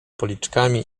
policzkami